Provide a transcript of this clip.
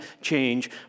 change